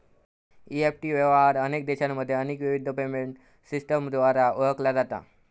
EFT व्यवहार अनेक देशांमध्ये आणि विविध पेमेंट सिस्टमद्वारा ओळखला जाता